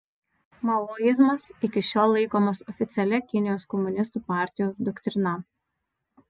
maoizmas iki šiol laikomas oficialia kinijos komunistų partijos doktrina